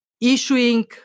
issuing